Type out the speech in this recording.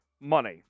money